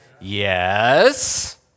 yes